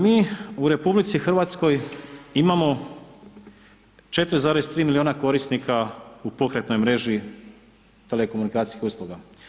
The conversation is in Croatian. Mi u RH imamo 4,3 milijuna korisnika u pokretnoj mreži telekomunikacijskih usluga.